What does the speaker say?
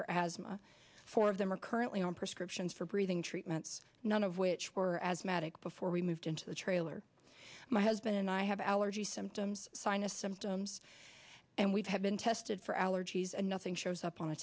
for asthma four of them are currently on prescriptions for breathing treatments none of which were asthmatic before we moved into the trailer my husband and i have allergy symptoms sinus symptoms and we have been tested for allergies and nothing shows up on